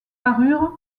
parures